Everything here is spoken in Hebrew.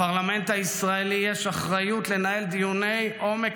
לפרלמנט הישראלי יש אחריות לנהל דיוני עומק